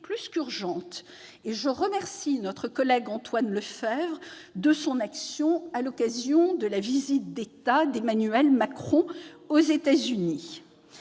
plus qu'urgente. Je remercie mon collègue Antoine Lefèvre de son action à l'occasion de la visite d'État d'Emmanuel Macron aux États-Unis.